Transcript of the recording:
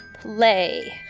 play